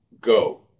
go